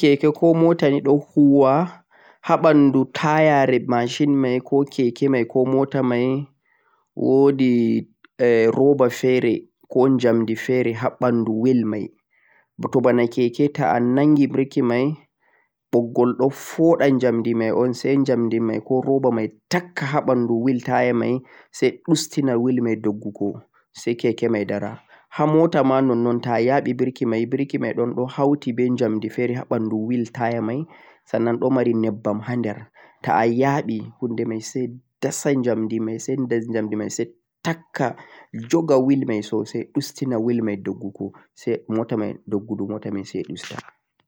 eh birki keke ko mota nei don huuwa haa banduu taya re mashin mei ko keke mei ko mota mei woodi eh roba fere ko jamduu fere haa banduu weel mei toh boona keke toh a nangi birki mei buggol don foodhun jamdi mei o'n sai jamdi mei ko roba mai takk haa banduu weel taya mei sai ustina weel mei dagguu ko sai keke mei daraa mota ma non-non toh a yaabi birki mei birki mei don hauti be jamdi fere aa banduu weel taya mei sanan don mari neibban hander toh a yaabi hondoo mei desem jamduu mei sai takka jugga weel mei ustina weel mei sosai mota mei dogguuko sai mota mei dara.